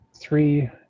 three